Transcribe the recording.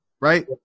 right